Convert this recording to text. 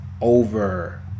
over